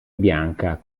bianca